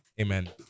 Amen